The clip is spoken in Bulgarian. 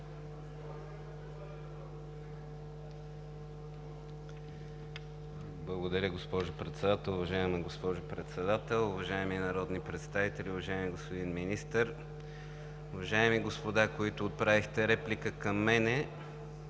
Благодаря, госпожо Председател. Уважаема госпожо Председател, уважаеми народни представители, уважаеми господин Министър! Уважаеми господа, които отправихте реплика към мен,